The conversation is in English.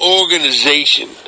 organization